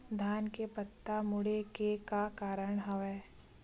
धान के पत्ता मुड़े के का कारण हवय?